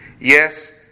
Yes